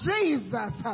Jesus